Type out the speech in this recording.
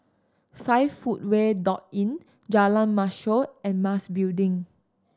Five Footway Inn Jalan Mashor and Mas Building